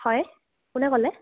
হয় কোনে ক'লে